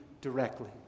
directly